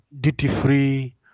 duty-free